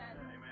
amen